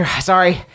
Sorry